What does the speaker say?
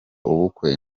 ubukwe